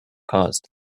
caused